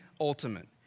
ultimate